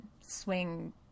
swing